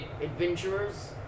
adventurers